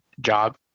job